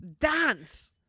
Dance